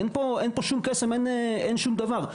אין פה שום קסם, אין שום דבר.